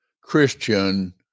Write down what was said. Christian